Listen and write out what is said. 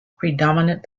predominant